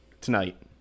tonight